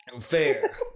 fair